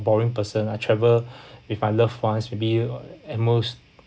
boring person I travel with my loved ones maybe at most